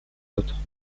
autres